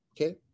Okay